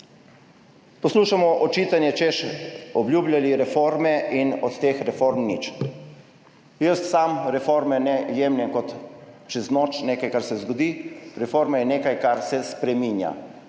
Poslušamo očitanje, češ, obljubljali reforme in od teh reform nič. Jaz sam reforme ne jemljem kot čez noč, nekaj kar se zgodi, reforma je nekaj kar se spreminja